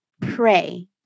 pray